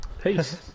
peace